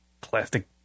plastic